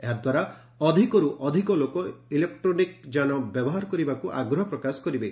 ଏହାଦ୍ୱାରା ଅଧିକରୁ ଅଧିକ ଲୋକ ଇଲେକ୍ଟ୍ରିକ୍ ଯାନ ବ୍ୟବହାର କରିବାକୁ ଆଗ୍ରହ ପ୍ରକାଶ କରିବେ